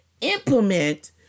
implement